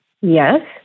Yes